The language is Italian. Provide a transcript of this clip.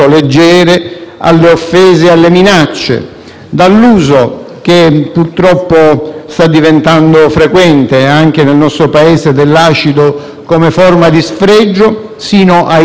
dall'uso, che purtroppo sta diventando frequente anche nel nostro Paese, dell'acido come forma di sfregio, fino ai troppi casi di femminicidio.